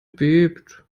bebt